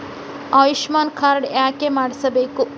Ayushman card ಯಾಕೆ ಮಾಡಿಸಬೇಕು?